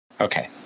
Okay